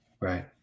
Right